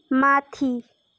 माथि